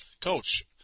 coach